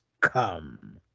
come